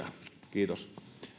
kiitos